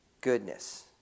goodness